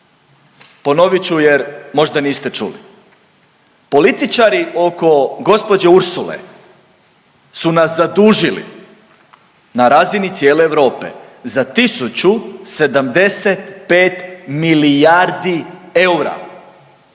Ponovit ću jer možda niste čuli. Političari oko gospođe Ursule su nas zadužili na razini cijele Europe za 1.075 milijardi eura.